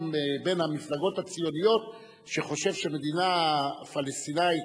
במפלגות הציוניות שחושב שמדינה פלסטינית,